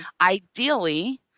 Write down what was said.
Ideally